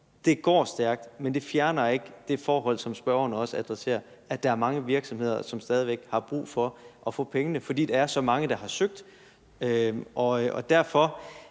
det går stærkt, men det fjerner ikke det forhold, som spørgeren også adresserer, nemlig at der er mange virksomheder, som stadig væk har brug for at få pengene, fordi der er så mange, der har søgt. Derfor